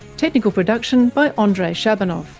technical production by andrei shabunov,